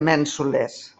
mènsules